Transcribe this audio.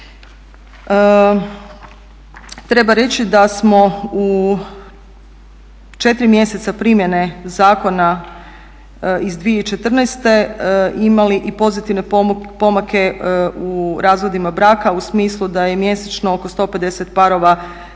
Treba reći da smo u 4 mjeseca primjene zakona iz 2014.imali i pozitivne pomake u razvodima braka u smislu da je mjesečno oko 150 parova